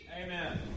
Amen